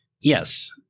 Yes